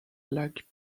like